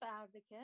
advocate